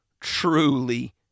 truly